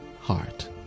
heart